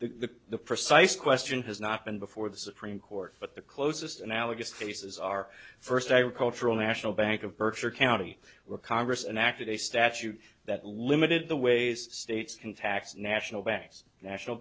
the the precise question has not been before the supreme court but the closest analogous cases are first agricultural national bank of berkshire county where congress enacted a statute that limited the ways states can tax national banks national